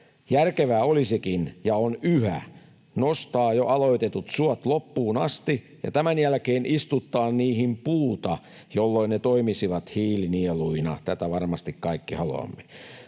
Järkevää olisikin ollut — ja on yhä — nostaa jo aloitetut suot loppuun asti ja tämän jälkeen istuttaa niihin puuta, jolloin ne toimisivat hiilinieluina — tätä varmasti kaikki haluamme.